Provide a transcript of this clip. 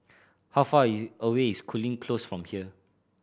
how far away is Cooling Close from here